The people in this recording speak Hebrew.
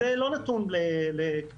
זה לא נתון לפרשנות.